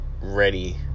ready